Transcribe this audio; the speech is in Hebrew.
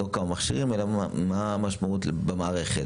לא כמה מכשירים אלא מה המשמעות במערכת.